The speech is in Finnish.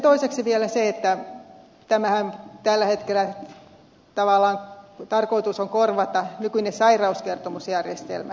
toiseksi vielä se että tällähän tällä hetkellä tavallaan tarkoitus on korvata nykyinen sairauskertomusjärjestelmä